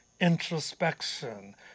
introspection